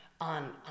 on